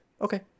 okay